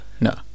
No